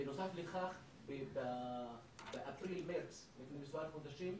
בנוסף לכך באפריל-מרץ, לפני מספר חודשים,